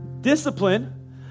discipline